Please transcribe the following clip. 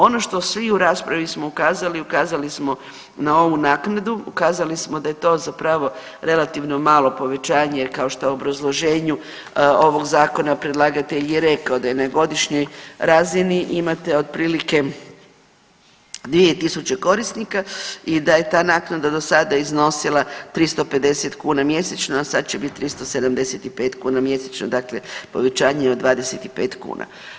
Ono što svi u raspravi smo ukazali, ukazali smo na ovu naknadu, ukazali smo da je to zapravo relativno malo povećanje jer kao što je u obrazloženju ovog zakona predlagatelj je rekao da je na godišnjoj razini imate otprilike 2.000 korisnika i da je ta naknada do sada iznosila 350 kuna mjesečno, a sad će biti 375 kuna mjesečno, dakle povećanje od 25 kuna.